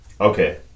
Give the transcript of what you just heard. Okay